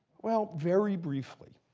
well, very briefly,